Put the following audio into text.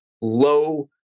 low